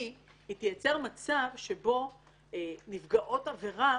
כי היא תייצר מצב שבו נפגעות עבירה